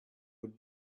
would